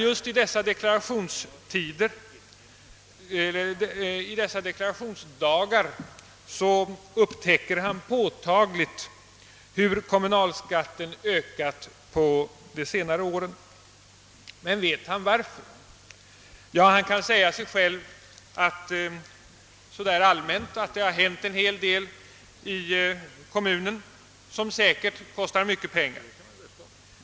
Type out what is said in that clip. Just i dessa deklarationsdagar upptäcker han påtagligt hur kommunalskatten ökat under de senare åren. Men vet han varför? Ja, han kan säga sig själv så där allmänt att det hänt en hel del i kommunen som säkert kostar mycket pengar.